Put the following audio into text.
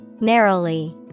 Narrowly